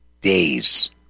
days